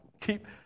keep